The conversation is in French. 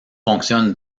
fonctionne